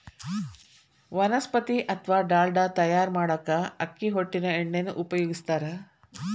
ವನಸ್ಪತಿ ಅತ್ವಾ ಡಾಲ್ಡಾ ತಯಾರ್ ಮಾಡಾಕ ಅಕ್ಕಿ ಹೊಟ್ಟಿನ ಎಣ್ಣಿನ ಉಪಯೋಗಸ್ತಾರ